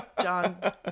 john